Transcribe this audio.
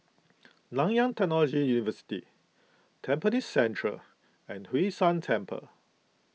Nanyang Technological University Tampines Central and Hwee San Temple